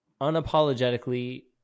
unapologetically